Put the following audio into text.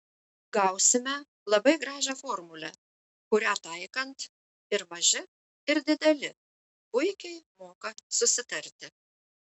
gausime labai gražią formulę kurią taikant ir maži ir dideli puikiai moka susitarti